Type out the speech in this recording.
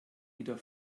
wieder